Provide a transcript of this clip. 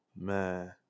man